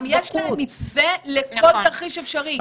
יש להם מתווה לכל תרחיש אפשרי.